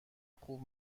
خوب